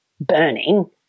burning